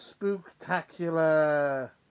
spooktacular